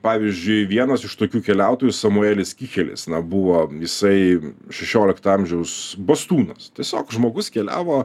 pavyzdžiui vienas iš tokių keliautojų samuelis kychelis na buvo jisai šešiolikto amžiaus bastūnas tiesiog žmogus keliavo